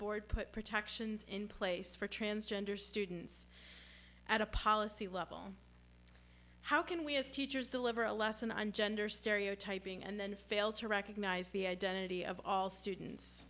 board put protections in place for transgender students at a policy level how can we as teachers deliver a lesson on gender stereotyping and then fail to recognize the identity of all students